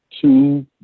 two